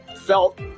felt